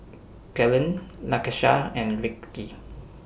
Kellan Lakesha and Vickey